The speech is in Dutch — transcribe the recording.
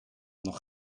nog